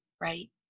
right